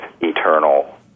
eternal